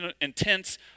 intense